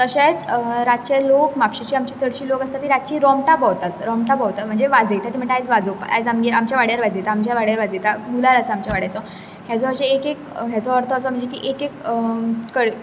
तशेंच रातचे लोक म्हापशेचे आमचे चडशे लोक आसता ते रातचे रोमटां भोंवतात रोमटां भोंवतात म्हणजे वाजयतात ते म्हणटा आयज आमच्या वाड्यार वाजयता आमच्या वाड्यार वाजयता गुलाल आसा आमच्या वाड्याचो हेजो एक एक हेजो अर्थ असो म्हणजे की एक एक